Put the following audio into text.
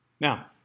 now